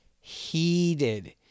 heated